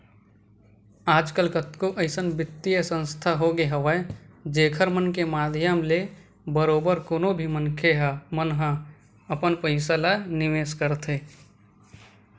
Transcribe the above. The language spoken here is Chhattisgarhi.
आजकल कतको अइसन बित्तीय संस्था होगे हवय जेखर मन के माधियम ले बरोबर कोनो भी मनखे मन ह अपन पइसा ल निवेस करथे